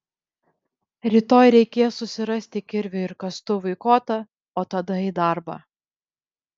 rytoj reikės susirasti kirviui ir kastuvui kotą o tada į darbą